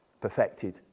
Perfected